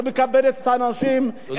שמכבדת את האנשים,